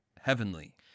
heavenly